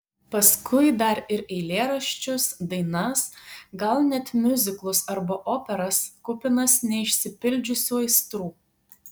paskui dar ir eilėraščius dainas gal net miuziklus arba operas kupinas neišsipildžiusių aistrų